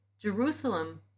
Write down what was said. Jerusalem